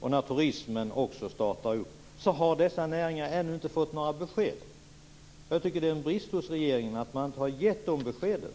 och när turismen också startar upp, har dessa näringar ännu inte fått några besked. Jag tycker att det är en brist hos regeringen att den inte har gett de beskeden.